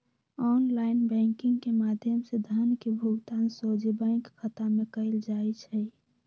online banking के माध्यम से धन के भुगतान सोझे बैंक खता में कएल जाइ छइ